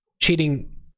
cheating